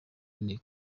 ine